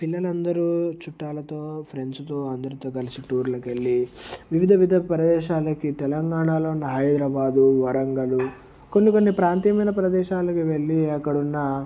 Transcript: పిల్లందరు చుట్టాలతో ఫ్రెండ్స్తో అందరితో కలిసి టూర్లకు వెళ్ళి వివిధ వివిధ ప్రదేశాలకి తెలంగాణలో ఉన్న హైదరాబాదు వరంగల్ కొన్ని కొన్ని ప్రాంతీయమైన ప్రదేశాలకి వెళ్ళి అక్కడ ఉన్న